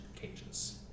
cages